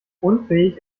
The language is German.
unfähig